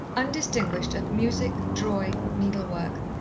undistinguished at music, drawing, needlework,